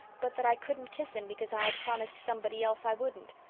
but that i couldn't kiss him because i had promised somebody else i wouldn't.